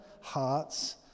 hearts